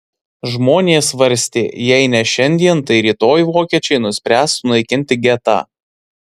žmonės svarstė jei ne šiandien tai rytoj vokiečiai nuspręs sunaikinti getą